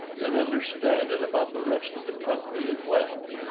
then understand it about the rest of the country as well.